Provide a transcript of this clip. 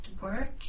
work